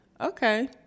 okay